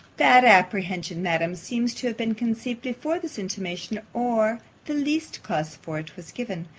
that apprehension, madam, seems to have been conceived before this intimation, or the least cause for it, was given.